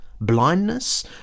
blindness